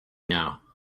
now